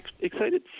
excited